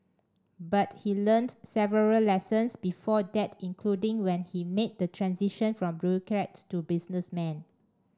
but he learnt several lessons before that including when he made the transition from bureaucrat to businessman